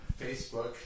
Facebook